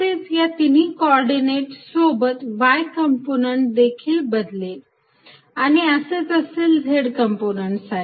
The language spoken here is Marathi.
तसेच या तिन्ही कॉर्डीनेट सोबत y कंपोनंन्ट देखील बदलेल आणि असेच असेल z कंपोनंन्टसाठी